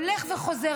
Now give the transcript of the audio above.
הולך וחוזר,